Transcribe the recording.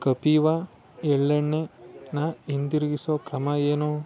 ಕಪೀವಾ ಎಳ್ಳೆಣ್ಣೆನ ಹಿಂದಿರುಗಿಸೋ ಕ್ರಮ ಏನು